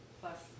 plus